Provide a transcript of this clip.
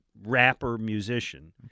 rapper-musician